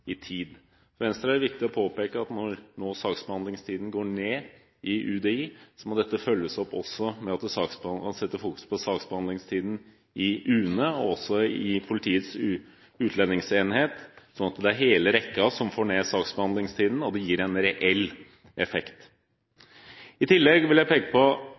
Venstre er det viktig å påpeke at når saksbehandlingstiden nå går ned i UDI, må dette følges opp også ved at det settes fokus på saksbehandlingstiden i UNE og i Politiets utlendingsenhet, slik at det er hele rekken som får ned saksbehandlingstiden, og at det gir en reell effekt. I tillegg vil jeg peke på